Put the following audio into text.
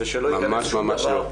ממש לא,